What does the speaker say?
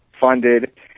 funded